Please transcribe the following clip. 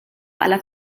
alla